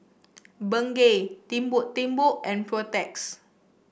Bengay Timbuk Timbuk and Protex